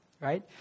Right